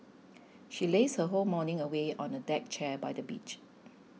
she lazed her whole morning away on a deck chair by the beach